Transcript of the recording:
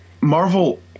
Marvel